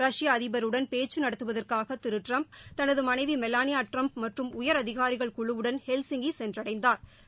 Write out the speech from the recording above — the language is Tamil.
ரஷ்ய அதிபருடன் பேச்சு நடத்துவதற்காக திரு டரம்ப் தனது மனைவி மெலாளியா டிரம்ப் மற்றும் உயர் அதிகாரிகள் குழுவுடன் ஹெல்சிங்கி சென்றடைந்தாா்